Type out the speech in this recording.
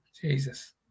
Jesus